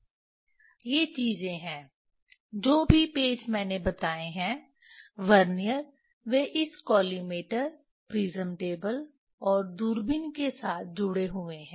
ये चीजें हैं जो भी पेच मैंने बताए हैं वर्नियर वे इस कॉलीमेटर प्रिज्म टेबल और दूरबीन के साथ जुड़े हुए हैं